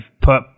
put